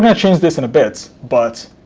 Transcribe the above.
yeah change this in a bit, but